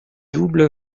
double